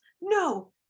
no